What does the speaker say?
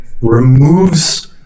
removes